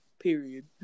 period